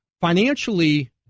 financially